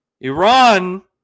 Iran